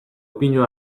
pinu